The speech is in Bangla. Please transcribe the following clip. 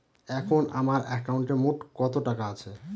এখন আমার একাউন্টে মোট কত টাকা আছে?